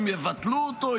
אם יבטלו אותו,